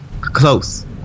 Close